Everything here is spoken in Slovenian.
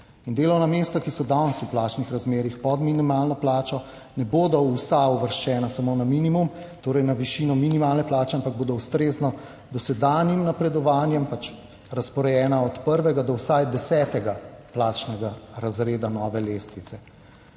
delovna mesta, ki so danes v plačnih razmerjih pod minimalno plačo, ne bodo vsa uvrščena samo na minimum, torej na višino minimalne plače, ampak bodo ustrezno dosedanjim napredovanjem razporejena od 1. do vsaj 10. plačnega razreda nove lestvice.